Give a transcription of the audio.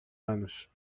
anos